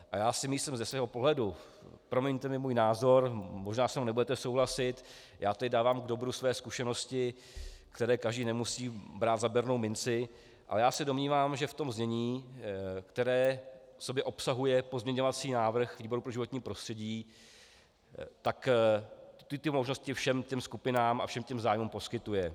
A já si myslím ze svého pohledu promiňte mi můj názor, možná se mnou nebudete souhlasit, já tu dávám k dobru své zkušenosti, které každý nemusí brát za bernou minci , ale já se domnívám, že v tom znění, které obsahuje pozměňovací návrh výboru pro životní prostředí, ty možnosti všem těm skupinám a všem těm zájmům poskytuje.